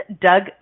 Doug